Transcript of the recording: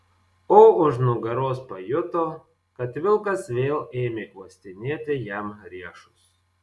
o už nugaros pajuto kad vilkas vėl ėmė uostinėti jam riešus